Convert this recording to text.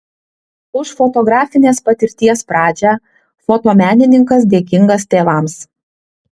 už fotografinės patirties pradžią fotomenininkas dėkingas tėvams